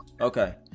Okay